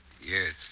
Yes